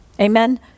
Amen